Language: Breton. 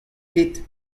ket